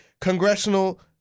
congressional